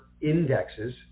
indexes